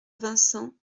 vincent